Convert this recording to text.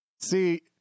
See